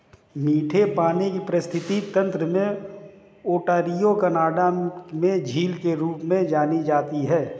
मीठे पानी का पारिस्थितिकी तंत्र में ओंटारियो कनाडा में झील के रूप में जानी जाती है